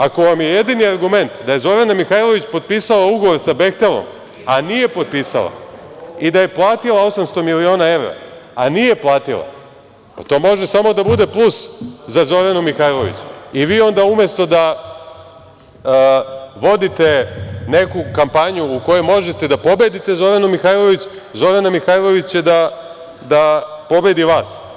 Ako vam je jedini argument da je Zorana Mihajlović potpisala ugovor sa „Behtelom“, a nije potpisala, i da je platila 800 miliona evra, a nije platila, to može samo da bude plus za Zoranu Mihajlović i onda, umesto da vodite neku kampanju u kojoj možete da pobedite Zoranu Mihajlović, Zorana Mihajlović će da pobedi vas.